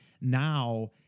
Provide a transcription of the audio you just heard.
now